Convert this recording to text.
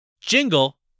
Jingle